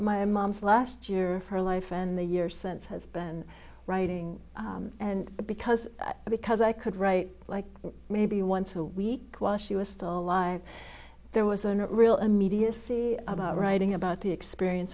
my mom's last year her life and the year since has been writing and because because i could write like maybe once a week while she was still alive there was a real immediacy about writing about the experience